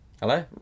Hello